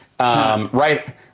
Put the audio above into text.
Right